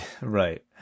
Right